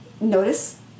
notice